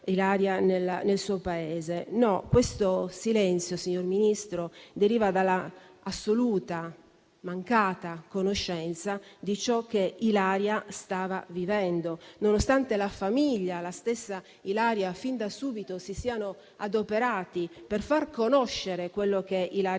nel suo Paese. Questo silenzio, signor Ministro, deriva dall'assoluta mancata conoscenza di ciò che Ilaria stava vivendo, nonostante la famiglia e lei stessa, fin da subito si fossero adoperate per far conoscere quello che stava